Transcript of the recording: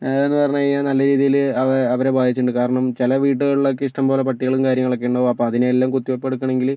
എന്ന് പറഞ്ഞു കഴിഞ്ഞാൽ നല്ല രീതിയിൽ അവർ അവരെ ബാധിച്ചിട്ടുണ്ട് കാരണം ചില വീടുകളിൽ ഒക്കെ ഇഷ്ടംപോലെ പട്ടികളും കാര്യങ്ങളൊക്കെ ഉണ്ടാകും അപ്പോൾ അതിനെ എല്ലാം കുത്തിവെപ്പ് എടുക്കണമെങ്കിൽ